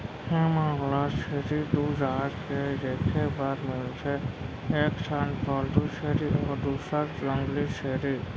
हमन ल छेरी दू जात के देखे बर मिलथे एक ठन पालतू छेरी अउ दूसर जंगली छेरी